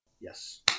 Yes